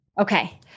Okay